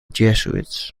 jesuits